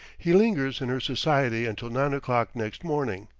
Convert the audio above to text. he lingers in her society until nine o'clock next morning.